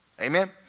Amen